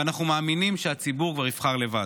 ואנחנו מאמינים שהציבור כבר יבחר לבד.